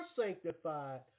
sanctified